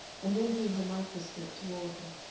and then drew her microscope toward her.